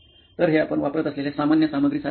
तर हे आपण वापरत असलेल्या सामान्य सामग्री सारखे आहेत